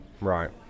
right